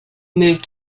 moved